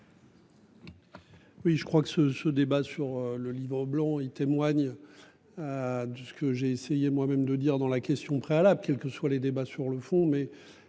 Oui je crois que ce ce débat sur le Livre blanc il témoigne. De ce que j'ai essayé moi même de dire dans la question préalable, quelles que soient les débats sur le fond